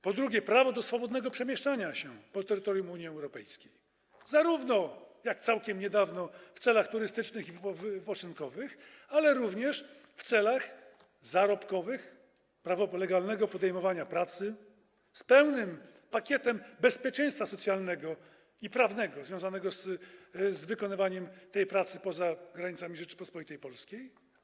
Po drugie, prawo do swobodnego przemieszczania się po terytorium Unii Europejskiej jak całkiem niedawno w celach turystycznych i wypoczynkowych, ale również w celach zarobkowych, prawo do legalnego podejmowania pracy z pełnym pakietem bezpieczeństwa socjalnego i prawnego związanego z wykonywaniem tej pracy poza granicami Rzeczypospolitej Polskiej.